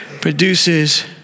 produces